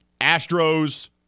Astros